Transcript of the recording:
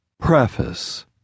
Preface